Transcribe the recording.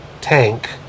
tank